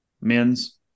men's